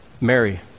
Mary